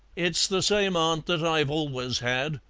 it's the same aunt that i've always had,